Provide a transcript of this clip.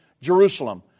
Jerusalem